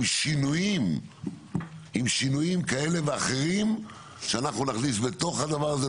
עם שינויים כאלה ואחרים שאנחנו נכניס בתוך הדבר הזה,